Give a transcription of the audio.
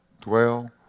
dwell